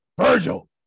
Virgil